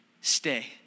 Stay